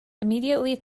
immediately